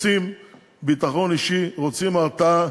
רוצים ביטחון אישי, רוצים הרתעה,